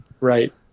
Right